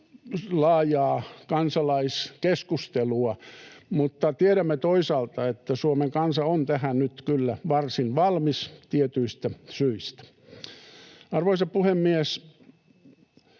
laajaa kansalaiskeskustelua, mutta tiedämme toisaalta, että Suomen kansa on tähän nyt kyllä varsin valmis tietyistä syistä. Arvoisa puhemies!